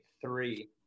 three